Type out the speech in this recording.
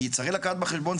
כי צריך לקחת בחשבון,